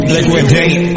Liquidate